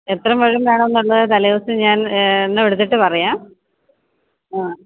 എത്രമുഴം വേണം എന്നുള്ളത് തലേദിവസം ഞാൻ എണ്ണമെടുത്തിട്ട് പറയാം അ